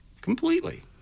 completely